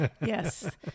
Yes